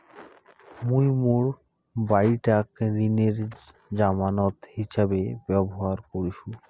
মুই মোর বাড়িটাক ঋণের জামানত হিছাবে ব্যবহার করিসু